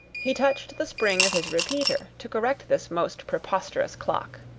he touched the spring of his repeater, to correct this most preposterous clock.